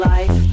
Life